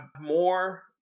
more